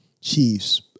Chiefs